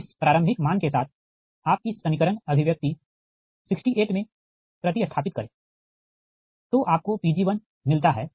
तो इस प्रारंभिक मान के साथ आप इस समीकरण अभिव्यक्ति 68 में प्रति स्थापित करें तो आपको Pg1मिलता है